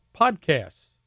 podcasts